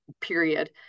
period